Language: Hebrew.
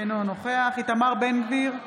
אינו נוכח איתמר בן גביר,